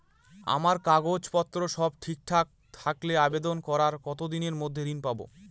আমার কাগজ পত্র সব ঠিকঠাক থাকলে আবেদন করার কতদিনের মধ্যে ঋণ পাব?